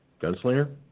Gunslinger